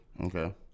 Okay